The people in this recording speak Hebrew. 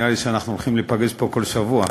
נראה לי שאנחנו הולכים להיפגש פה כל שבוע,